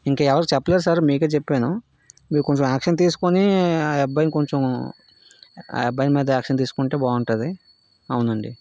ఇంకా ఎవరికీ చెప్పలేదు సార్ మీకే చెప్పాను మీరు కొంచెం యాక్షన్ తీసుకుని ఆ అబ్బాయిని కొంచెం ఆ అబ్బాయి మీద యాక్షన్ తీసుకుంటే బాగుంటుంది అవునండి